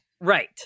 right